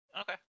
Okay